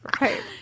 Right